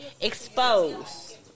Exposed